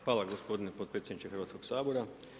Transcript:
Hvala gospodine potpredsjedniče Hrvatskog sabora.